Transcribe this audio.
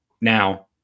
now